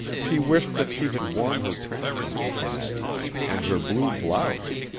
she wished that she had worn her transformation that evening and her blue blouse.